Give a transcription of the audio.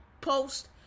post